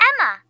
Emma